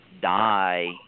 die